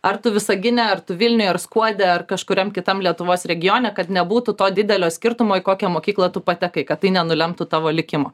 ar tu visagine ar tu vilniuj ar skuode ar kažkuriam kitam lietuvos regione kad nebūtų to didelio skirtumo į kokią mokyklą tu patekai kad tai nenulemtų tavo likimo